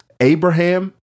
Abraham